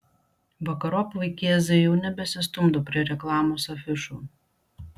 vakarop vaikėzai jau nebesistumdo prie reklamos afišų